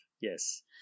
Yes